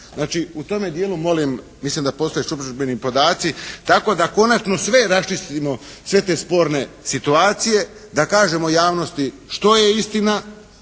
Znači u tome dijelu molim, mislim da postoje službeni podaci tako da konačno sve raščistimo, sve te sporne situacije. Da kažemo javnosti što je istina